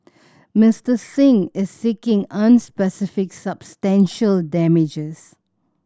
Mister Singh is seeking unspecific substantial damages